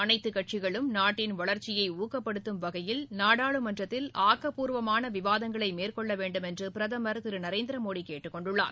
அனைத்து கட்சிகளும் நாட்டின் வளர்ச்சியை ஊக்கப்படுத்தும் வகையில் நாடாளுமன்றத்தில்ல ஆக்கப்பூர்வமான விவாதங்களை மேற்கொள்ள வேண்டும் என்று பிரதமர் திரு நரேந்திர மோடி கேட்டுக்கொண்டுள்ளார்